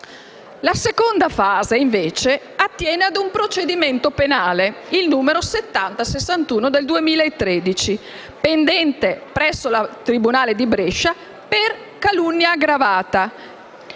La seconda fase invece attiene ad un procedimento penale (n. 7061 del 2013) pendente presso il tribunale di Brescia per calunnia aggravata.